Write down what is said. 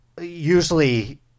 usually